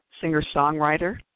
singer-songwriter